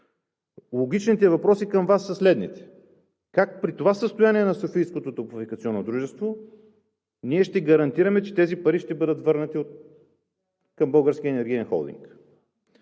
Логичните въпроси към Вас са следните: как при това състояние на софийското топлофикационно дружество ние ще гарантираме, че тези пари ще бъдат върнати към Българския енергиен холдинг?